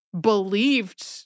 believed